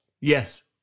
yes